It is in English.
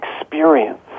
experience